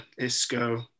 Isco